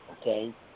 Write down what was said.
Okay